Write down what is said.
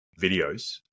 videos